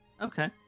Okay